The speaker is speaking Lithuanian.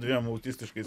dviem autistiškais